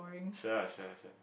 sure sure sure